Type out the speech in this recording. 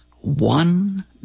one